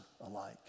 alike